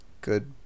good